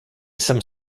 some